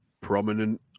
prominent